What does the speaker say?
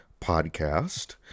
podcast